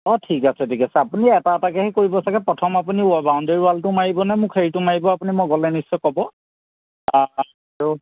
অঁ ঠিক আছে ঠিক আছে আপুনি এটা এটাকৈহে কৰিব চাগে প্ৰথম আপুনি বাওণ্ডেৰী ৱালটো মাৰিবনে মোক হেৰিটো মাৰিব আপুনি মই গ'লে নিশ্চয় ক'ব আৰু